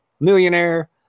millionaire